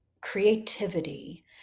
Creativity